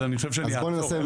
אז אני חושב שאני אעצור,